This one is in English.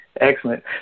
Excellent